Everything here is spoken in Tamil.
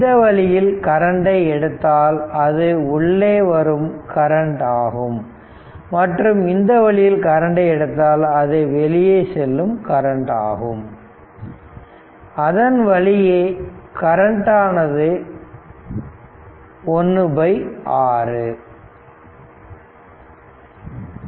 இந்த வழியில் கரண்டை எடுத்தால் அது உள்ளே வரும் கரண்ட் ஆகும் மற்றும் இந்த வழியில் கரண்டை எடுத்தால் அது வெளியே செல்லும் கரண்ட் ஆகும் அதன் வழியே செல்லும் கரண்டு ஆனது 1 6